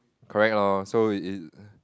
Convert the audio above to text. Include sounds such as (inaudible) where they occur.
correct lor so it it (noise)